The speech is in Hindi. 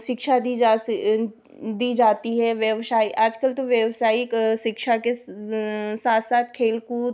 शिक्षा दी जा दी जाती है व्यवसाय आजकल तो व्यवसायिक शिक्षा के साथ साथ खेलकूद